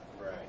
Right